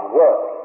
work